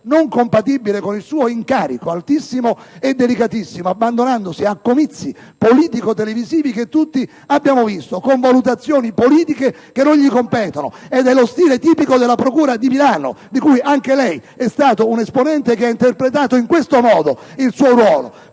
non compatibile con il suo altissimo e delicatissimo incarico, abbandonandosi ai comizi politico-televisivi che tutti abbiamo visto, esprimendo valutazioni politiche che non gli competono, nello stile tipico della procura di Milano, di cui anche lei, senatore D'Ambrosio, è stato un esponente che ha interpretato in questo modo il suo ruolo.